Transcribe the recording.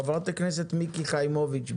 חברת הכנסת מיקי חיימוביץ'